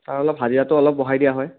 sir অলপ হাজিৰাটো অলপ বঢ়াই দিয়া হয়